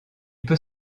peut